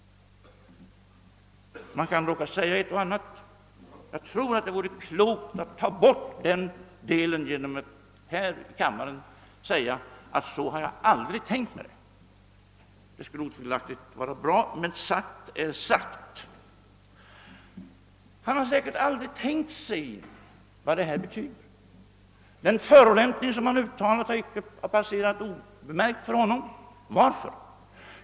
Man kan råka säga ett och annat, men jag tror det vore klokt av herr Wedén att ta tillbaka den delen genom att här i kammaren uttala, att han aldrig har tänkt detta. Det skulle otvivelaktigt vara bra, men sagt är sagt. Säkert har herr Wedén inte tänkt på vad detta betyder, och den förolämp ning som han uttalade har passerat obemärkt för honom. Varför?